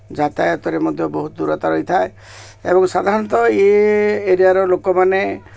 ଯାତାୟାତରେ ମଧ୍ୟ ବହୁତ ଦୂରତା ରହିଥାଏ ଏବଂ ସାଧାରଣତଃ ଇଏ ଏରିଆର ଲୋକମାନେ